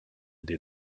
des